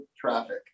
traffic